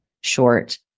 short